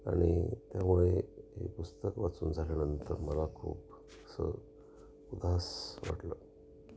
आणि त्यामुळे हे पुस्तक वाचून झाल्यानंतर मला खूप असं उदास वाटलं